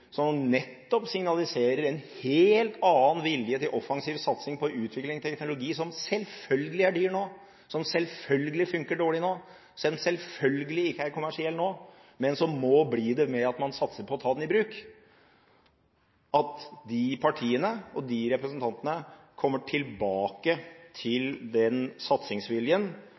nettopp signaliserer en helt annen vilje til offensiv satsing på utvikling av teknologi – som selvfølgelig er dyr nå, som selvfølgelig fungerer dårlig nå, som selvfølgelig ikke er kommersiell nå, men som må bli det ved at man satser på å ta den i bruk – til å komme tilbake til den satsingsviljen